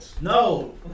No